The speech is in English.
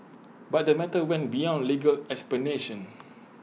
but the matter went beyond legal explanations